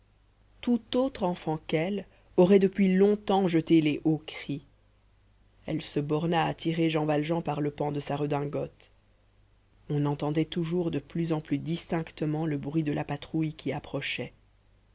tout autre enfant qu'elle aurait depuis longtemps jeté les hauts cris elle se borna à tirer jean valjean par le pan de sa redingote on entendait toujours de plus en plus distinctement le bruit de la patrouille qui approchait